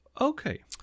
Okay